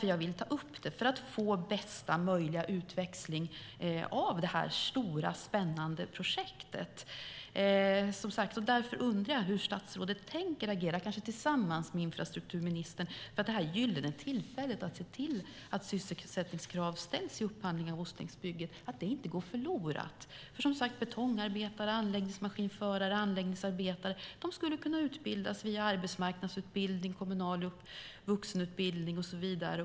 Jag vill ta upp det för att få bästa möjliga utväxling av det här stora, spännande projektet. Jag undrar därför hur statsrådet tänker agera, kanske tillsammans med infrastrukturministern, för att det här gyllene tillfället att se till att sysselsättningskrav ställs i upphandling av Ostlänksbygget inte går förlorat. Som sagt skulle betongarbetare, anläggningsmaskinförare och anläggningsarbetare kunna utbildas via arbetsmarknadsutbildning, kommunal vuxenutbildning och så vidare.